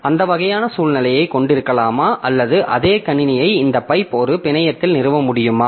அந்த வகையான சூழ்நிலையை கொண்டிருக்கலாமா அல்லது அதே கணினியை இந்த பைப் ஒரு பிணையத்தில் நிறுவ முடியுமா